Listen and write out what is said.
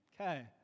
Okay